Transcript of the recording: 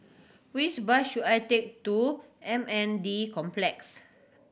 which bus should I take to M N D Complex